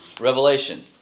Revelation